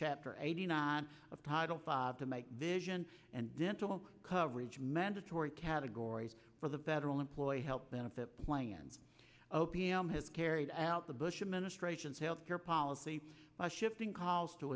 chapter eighty nine of title five to make vision and dental coverage mandatory categories for the better all employee health benefit plans o p m has carried out the bush administration's health care policy by shifting calls to